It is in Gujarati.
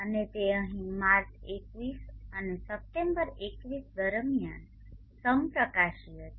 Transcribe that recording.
અને તે અહીં માર્ચ 21 અને સપ્ટેમ્બર 21 દરમિયાન સમપ્રકાશીય છે